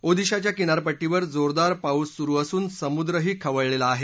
ओदिशाच्या किनारपट्टीवर जोरदार पाऊस सुरू असून समुद्रही खवळलेला आहे